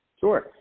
Sure